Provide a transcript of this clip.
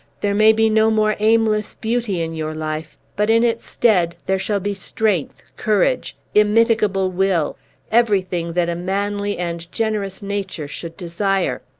there may be no more aimless beauty in your life but, in its stead, there shall be strength, courage, immitigable will everything that a manly and generous nature should desire!